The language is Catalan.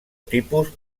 tipus